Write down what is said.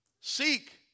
Seek